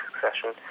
succession